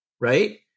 Right